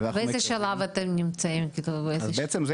באיזה שלב אתם נמצאים של זה?